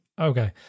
Okay